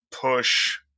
push –